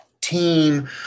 team